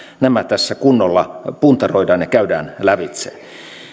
nämä tässä kunnolla puntaroidaan ja käydään lävitse